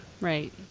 Right